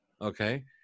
Okay